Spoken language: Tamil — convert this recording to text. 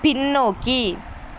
பின்னோக்கி